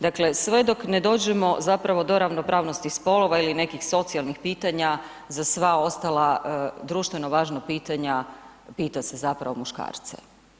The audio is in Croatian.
Dakle sve dok ne dođemo zapravo do ravnopravnosti spolova ili nekih socijalnih pitanja za sva ostala društveno važna pitanja pita se zapravo muškarce.